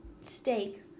steak